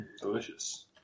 Delicious